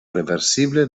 reversible